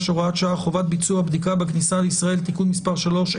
(הוראת שעה) (חובת ביצוע בדיקה בכניסה לישראל) (תיקון מס' 3),